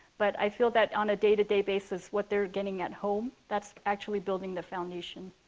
but i feel that on a day-to-day basis, what they're getting at home, that's actually building the foundation.